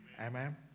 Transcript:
Amen